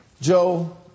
Joe